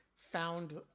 found